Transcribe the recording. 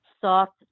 soft